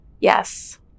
Yes